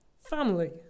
family